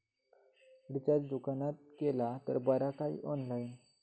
Recharge दुकानात केला तर बरा की ऑनलाइन?